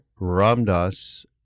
Ramdas